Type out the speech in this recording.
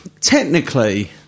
technically